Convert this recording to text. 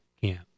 camp